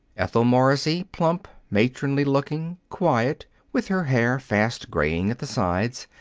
ethel morrissey, plump, matronly-looking, quiet, with her hair fast graying at the sides,